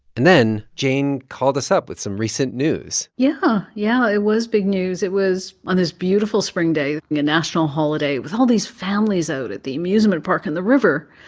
and then jane called us up with some recent news yeah, yeah. it was big news. it was on this beautiful spring day, a national holiday, with all these families out at the amusement park and the river.